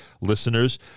listeners